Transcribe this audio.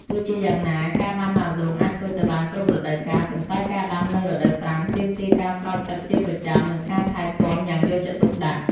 ទោះជាយ៉ាងណា ការដាំដើមដូងអាចធ្វើទៅបានគ្រប់រដូវកាល ប៉ុន្តែការដាំនៅរដូវប្រាំងទាមទារការស្រោចទឹកជាប្រចាំ និងការថែទាំយ៉ាងយកចិត្តទុកដាក់។